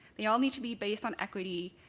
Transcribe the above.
they all need to be based on equity,